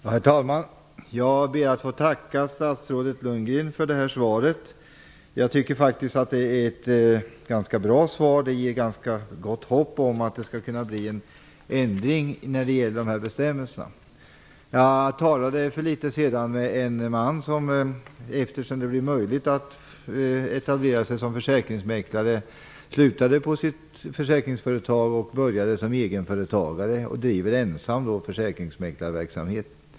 Herr talman! Jag ber att få tacka statsrådet Lundgren för svaret. Jag tycker att det är ett ganska bra svar, och det ger gott hopp om att det skall kunna bli en ändring av dessa bestämmelser. Jag talade för en tid sedan med en man som ef ter att det blivit möjligt att etablera sig som för säkringsmäklare slutade på sitt försäkringsföretag och började som egenföretagare, och han driver nu ensam försäkringsmäklarverksamhet.